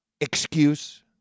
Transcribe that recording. excuse